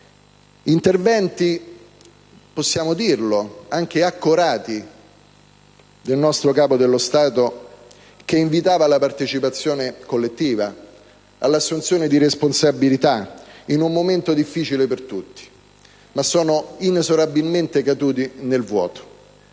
interventi - possiamo dirlo - anche accorati del nostro Capo dello Stato che invitava alla partecipazione collettiva, all'assunzione di responsabilità in un momento difficile per tutti. Sono però inesorabilmente caduti nel vuoto.